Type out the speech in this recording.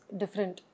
different